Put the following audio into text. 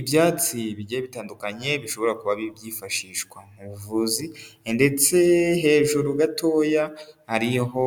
Ibyatsi bigiye bitandukanye, bishobora kuba byifashishwa mu buvuzi ndetse hejuru gatoya, hariho